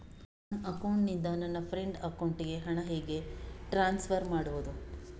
ನನ್ನ ಅಕೌಂಟಿನಿಂದ ನನ್ನ ಫ್ರೆಂಡ್ ಅಕೌಂಟಿಗೆ ಹಣ ಹೇಗೆ ಟ್ರಾನ್ಸ್ಫರ್ ಮಾಡುವುದು?